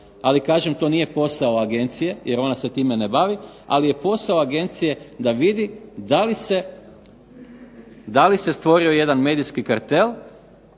Ali kažem to nije posao agencije jer ona se time ne bavi. Ali je posao agencije da vidi da li se stvorio jedan medijski kartel